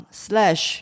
slash